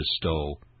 bestow